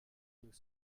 nous